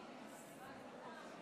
הסדרנים